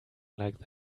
like